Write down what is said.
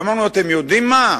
ואמרנו: אתם יודעים מה?